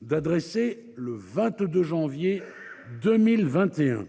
d'adresser le 22 janvier 2021